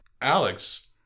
Alex